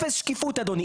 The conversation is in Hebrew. אפס שקיפות, אדוני.